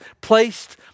placed